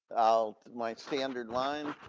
i'll my standard line,